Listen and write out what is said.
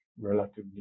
relatively